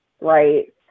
right